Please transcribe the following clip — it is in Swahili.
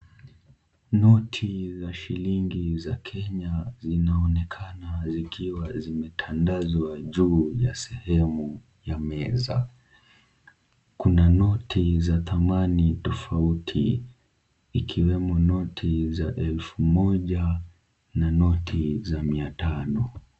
Noti za shilingi za Kenya zinaonekana zikiwa zimetandazwa juu ya sehemu ya meza . Kuna noti za thamani tofauti ikiwemo noti za elfu moja na noti za mia tano.